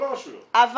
אבל